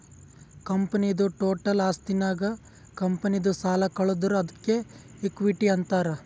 ಕಂಪನಿದು ಟೋಟಲ್ ಆಸ್ತಿನಾಗ್ ಕಂಪನಿದು ಸಾಲ ಕಳದುರ್ ಅದ್ಕೆ ಇಕ್ವಿಟಿ ಅಂತಾರ್